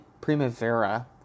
Primavera